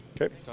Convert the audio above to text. Okay